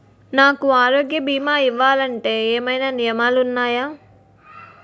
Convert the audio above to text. నాకు ఆరోగ్య భీమా ఇవ్వాలంటే ఏమైనా నియమాలు వున్నాయా?